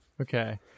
Okay